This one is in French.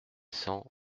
cent